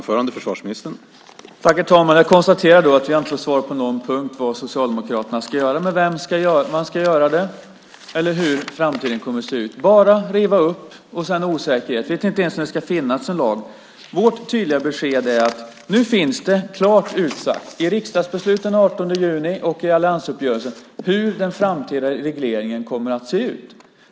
Herr talman! Jag konstaterar att vi inte har fått svar på någon punkt vad gäller vad Socialdemokraterna ska göra, med vem man ska göra det eller hur framtiden kommer att se ut. Man ska bara riva upp beslutet och sedan osäkerhet. Ni vet inte ens om det ska finnas en lag. Vårt tydliga besked är att nu finns det klart utsagt i riksdagsbeslut den 18 juni och i alliansuppgörelsen hur den framtida regleringen kommer att se ut.